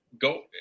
go